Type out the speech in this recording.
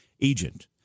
agent